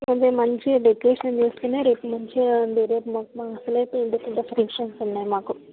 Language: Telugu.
కొంచెం మంచిగా డెకరేషన్ చేస్తే రేపు మంచి ఉండేది రేపు మా మా రేపు అసలే పెయింటింగ్ డెకొరేషన్స్ ఉన్నాయి మాకు